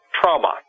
trauma